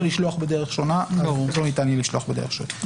לשלוח בדרך שונה לא ניתן יהיה לשלוח בדרך שונה,